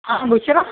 ہاں بشریٰ